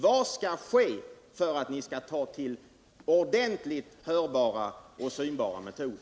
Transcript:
Vad skall ske för att ni skall ta till ordentligt hörbara och synbara metoder?